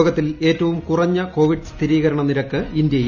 ലോകത്തിൽ ഏറ്റ്പ്പും കുറഞ്ഞ കോവിഡ് സ്ഥിരീകരണനിരക്ക് ഇന്ത്യിയിൽ